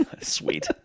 Sweet